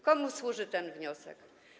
Komu służy ten wniosek?